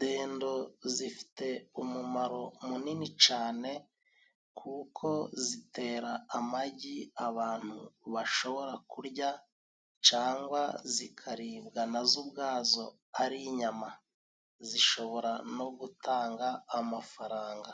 Dendo zifite umumaro munini cane kuko zitera amagi abantu bashobora kurya, cangwa zikaribwa nazo ubwazo ari inyama. Zishobora no gutanga amafaranga.